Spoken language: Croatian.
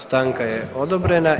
Stanka je odobrena.